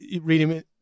reading